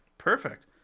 perfect